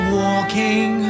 walking